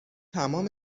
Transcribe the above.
تمام